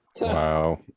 wow